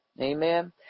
amen